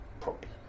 problem